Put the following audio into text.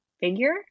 figure